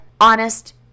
honest